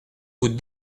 vous